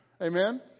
Amen